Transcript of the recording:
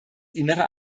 innere